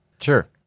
Sure